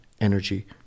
energy